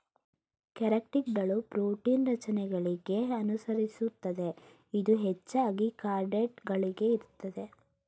ಕೆರಾಟಿನ್ಗಳು ಪ್ರೋಟೀನ್ ರಚನೆಗಳಿಗೆ ಅನುಸರಿಸುತ್ತದೆ ಇದು ಹೆಚ್ಚಾಗಿ ಕಾರ್ಡೇಟ್ ಗಳಲ್ಲಿ ಇರ್ತದೆ